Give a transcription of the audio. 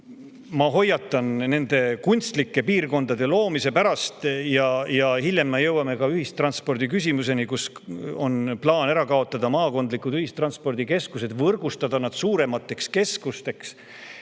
Ma hoiatan kunstlike piirkondade loomise eest. Hiljem jõuan ka ühistranspordiküsimuseni. On plaan kaotada ära maakondlikud ühistranspordikeskused, võrgustada need suuremateks keskusteks.